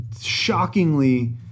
shockingly